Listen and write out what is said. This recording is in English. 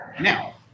Now